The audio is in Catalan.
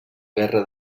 guerra